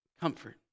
comfort